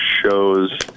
shows